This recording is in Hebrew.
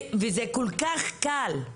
וזה כל כך קל.